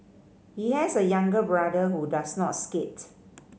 he has a younger brother who does not skate